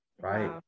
right